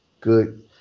good